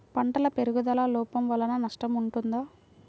పంటల పెరుగుదల లోపం వలన నష్టము ఉంటుందా?